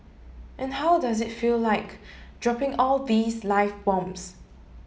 and how does it feel like dropping all these live bombs